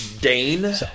Dane